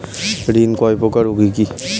ঋণ কয় প্রকার ও কি কি?